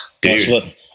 dude